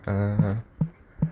uh